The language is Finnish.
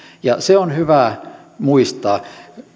ja se on hyvä muistaa